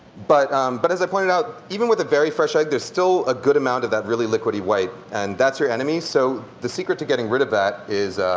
but but as i pointed out, even with a very fresh egg there's still a good amount of that really liquidy white and that's your enemy. so the secret to getting rid of that is